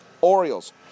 Orioles